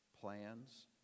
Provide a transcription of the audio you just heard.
plans